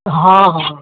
हॅं हॅं